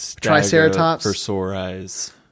Triceratops